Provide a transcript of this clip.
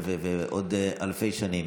לעוד אלפי שנים.